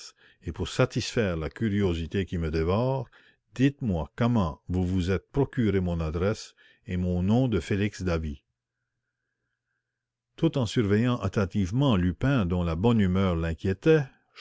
nous pour nous amuser profitons-en m sholmès et dites-moi comment vous vous êtes procuré mon adresse et le nom de m félix davey tout en surveillant attentivement lupin dont la bonne humeur l'inquiétait